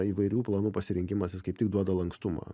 įvairių planų pasirinkimas jis kaip tik duoda lankstumą